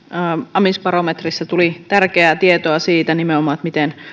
amisbarometrissä tuli tärkeää tietoa nimenomaan siitä miten